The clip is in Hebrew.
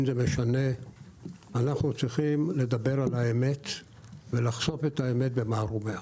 אנחנו צריכים לחשוף את האמת במערומיה.